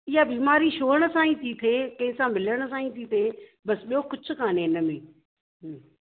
इहा बीमारी छूअण सां ई थी थिए कंहिंसां मिलण सां ई थी थिए बसि ॿियो कुझु कान्हे हिनमें